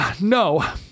no